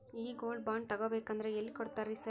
ಈ gold bond ತಗಾಬೇಕಂದ್ರ ಎಲ್ಲಿ ಕೊಡ್ತಾರ ರೇ ಸಾರ್?